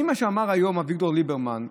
אם מה שאמר היום אביגדור ליברמן,